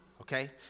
Okay